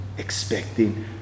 Expecting